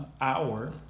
hour